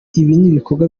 ibikorwa